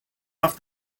off